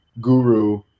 Guru